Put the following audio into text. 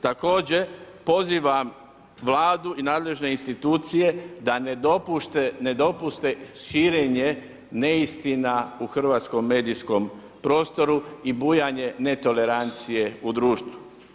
Također, pozivam Vladu i nadležne institucije da ne dopuste širenje neistina u hrvatskom medijskom prostoru i bujanje netolerancije u društvu.